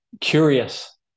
curious